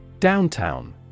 Downtown